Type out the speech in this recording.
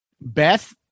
beth